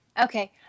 Okay